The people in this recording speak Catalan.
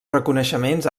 reconeixements